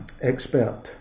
expert